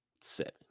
seven